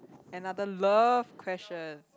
another love question